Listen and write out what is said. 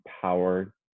power